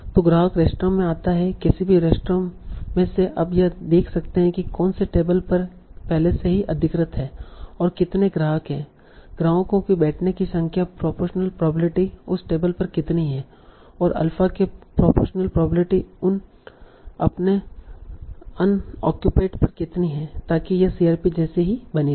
तो ग्राहक रेस्तरां में आता है किसी भी रेस्तरां में से अब यह देख सकते है कि कौन से टेबल पर पहले से ही अधिकृत है और कितने ग्राहक हैं ग्राहकों की बैठने की संख्या प्रोपोरशनल प्रोबेबिलिटी उस टेबल पर कितनी है और अल्फा के प्रोपोरशनल प्रोबेबिलिटी उन अगले अनओक्यूपाईड पर कितनी है ताकि यह CRP जैसी ही बनी रहे